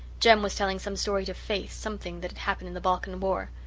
jem was telling some story to faith something that had happened in the balkan war.